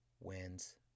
wins